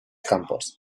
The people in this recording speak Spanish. campos